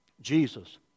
Jesus